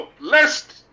lest